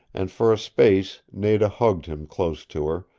and for a space nada hugged him close to her,